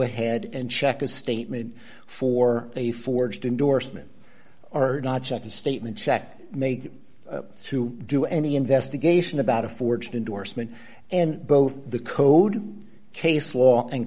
ahead and check a statement for a forged endorsement are not such a statement checked made to do any investigation about a forged endorsement and both the code case law and